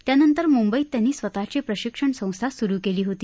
त्यानंतर मुंबईत त्यांनी स्वतःची प्रशिक्षण संस्था सुरु केली होती